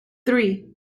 three